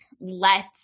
let